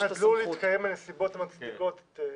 אם חדלו להתקיים הנסיבות המצדיקות.